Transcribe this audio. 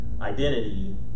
identity